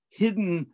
hidden